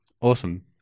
awesome